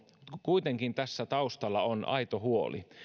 kuitenkin tässä taustalla on aito huoli